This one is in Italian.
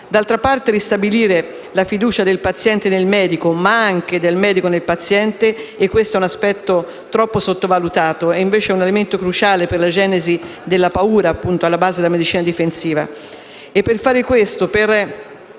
D'altra parte, ristabilire la fiducia del paziente nel medico, ma anche del medico nel paziente è un aspetto troppo sottovalutato; è invece un elemento cruciale per la genesi della paura alla base della medicina difensiva.